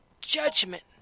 judgment